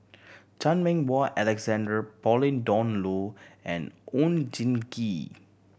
Chan Meng Wah Alexander Pauline Dawn Loh and Oon Jin Gee